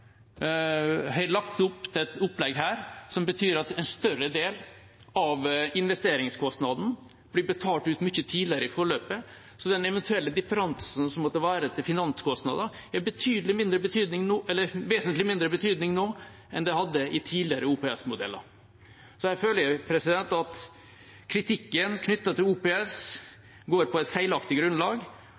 har lagt opp til et opplegg som betyr at en større del av investeringskostnaden blir betalt ut mye tidligere i forløpet, så den eventuelle differansen som måtte være til finanskostnader, har vesentlig mindre betydning nå enn den hadde i tidligere OPS-modeller. Jeg føler at kritikken knyttet til OPS er gitt på feilaktig grunnlag